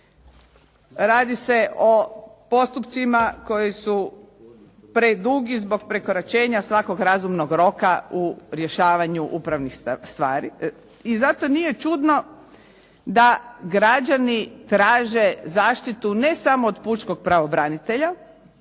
Radi se o postupcima koji su predugi zbog prekoračenja svakog razumnog roka u rješavanju upravnih stvari. I zato nije čudno da građani traže zaštitu ne samo od pučkog pravobranitelja